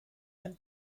ein